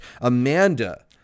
Amanda